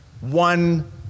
one